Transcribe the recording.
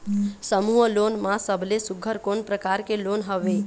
समूह लोन मा सबले सुघ्घर कोन प्रकार के लोन हवेए?